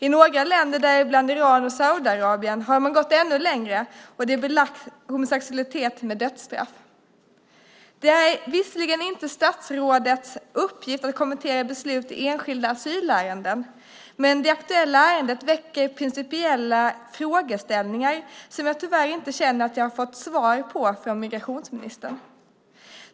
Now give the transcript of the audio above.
I några länder, däribland Iran och Saudiarabien, har man gått ännu längre. Där är homosexualitet belagd med dödsstraff. Det är visserligen inte statsrådets uppgift att kommentera beslut i enskilda asylärenden, men det aktuella ärendet väcker principiella frågeställningar som jag tyvärr inte känner att jag har fått svar på från migrationsministern.